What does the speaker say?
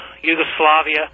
Yugoslavia